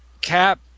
Cap